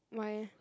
why leh